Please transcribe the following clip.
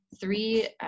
three